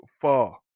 far